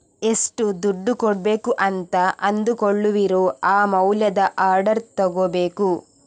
ಎಷ್ಟು ದುಡ್ಡು ಕೊಡ್ಬೇಕು ಅಂತ ಅಂದುಕೊಳ್ಳುವಿರೋ ಆ ಮೌಲ್ಯದ ಆರ್ಡರ್ ತಗೋಬೇಕು